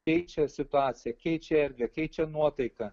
keičia situaciją keičia erdvę keičia nuotaiką